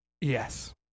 Yes